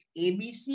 ABC